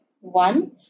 One